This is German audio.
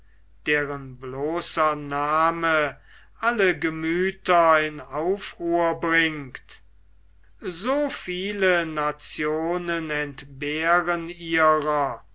deren bloßer name alle gemüther in aufruhr bringt so viele nationen entbehren ihrer